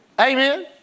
Amen